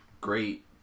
great